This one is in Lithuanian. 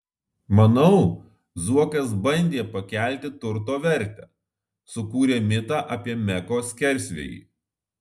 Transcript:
manau zuokas bandė pakelti turto vertę sukūrė mitą apie meko skersvėjį